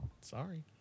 sorry